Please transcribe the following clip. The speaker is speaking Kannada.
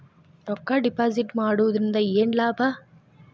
ರೊಕ್ಕ ಡಿಪಾಸಿಟ್ ಮಾಡುವುದರಿಂದ ಏನ್ ಲಾಭ?